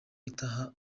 itaha